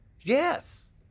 Yes